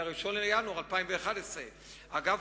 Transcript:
ל-1 בינואר 2011. אגב,